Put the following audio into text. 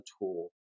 tool